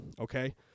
okay